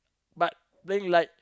but playing like